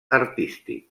artístic